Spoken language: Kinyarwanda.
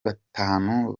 batanu